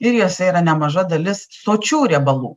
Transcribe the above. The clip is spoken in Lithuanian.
ir juose yra nemaža dalis sočių riebalų